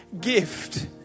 gift